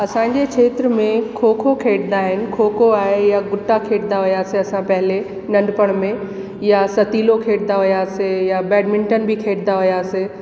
असांजे क्षेत्र में खो खो खेॾींदा आहिनि खो खो आहे यां गुटा खेॾींदा हुयासीं असां पहिले नंढपण में यां सतीलो खेॾींदा हुयासीं यां बैडमिंटन बि खेॾींदा हुयासीं